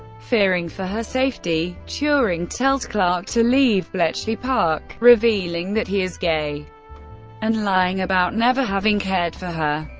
fearing for her safety, turing tells clarke to leave bletchley park, revealing that he is gay and lying about never having cared for her.